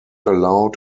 allowed